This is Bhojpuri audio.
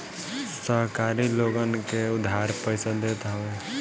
सहकारी लोगन के उधार पईसा देत हवे